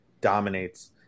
dominates